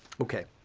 okay,